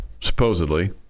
supposedly